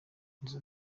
izo